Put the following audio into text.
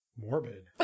Morbid